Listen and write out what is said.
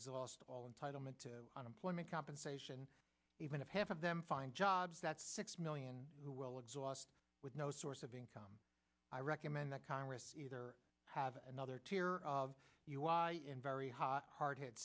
exhaust all entitlement to unemployment compensation even if half of them find jobs that six million who will exhaust with no source of income i recommend that congress either have another tier of us in very high hard hit